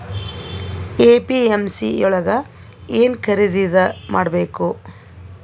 APMC ಯೊಳಗ ಏನ್ ಖರೀದಿದ ಮಾಡ್ಬೇಕು?